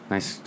Nice